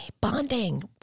bonding